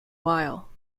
while